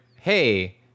Hey